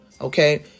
okay